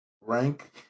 rank